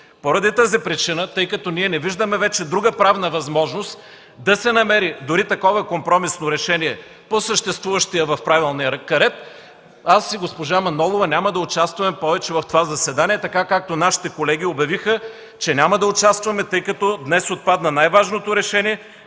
Поради тази причина, тъй като не виждаме вече друга правна възможност да се намери дори такова компромисно решение по съществуващия в Правилника ред, аз и госпожа Манолова няма да участваме повече в това заседание, така както нашите колеги обявиха, че няма да участват, тъй като днес отпадна най-важното решение,